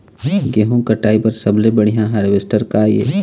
गेहूं कटाई बर सबले बढ़िया हारवेस्टर का ये?